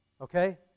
okay